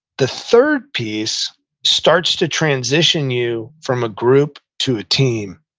the third piece starts to transition you from a group to a team,